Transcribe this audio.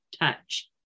touch